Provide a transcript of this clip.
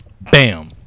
Bam